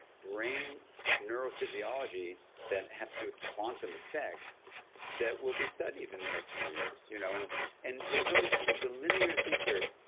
brain neurophysiology that has to do with quantum effects that will be studied in the next ten years you know and and it's so interesting. a so linear thinker,